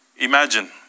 Imagine